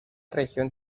región